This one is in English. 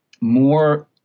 more